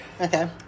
Okay